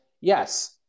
Yes